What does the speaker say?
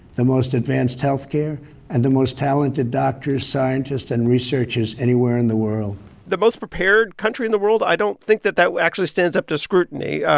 the most advanced health care and the most talented doctors, scientists and researchers anywhere in the world the most prepared country in the world i don't think that that actually stands up to scrutiny.